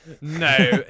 No